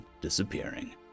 disappearing